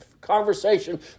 conversation